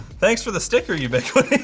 thanks for the sticker ubiquiti.